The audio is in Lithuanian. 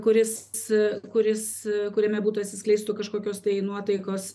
kuris kuris kuriame būtų atsiskleistų kažkokios tai nuotaikos